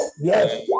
Yes